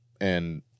And-